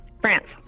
France